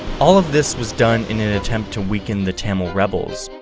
all of this was done in an attempt to weaken the tamil rebels,